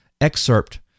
excerpt